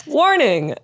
warning